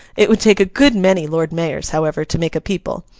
it would take a good many lord mayors, however, to make a people,